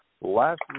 last